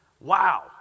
Wow